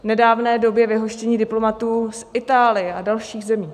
V nedávné době vyhoštění diplomatů z Itálie a dalších zemí.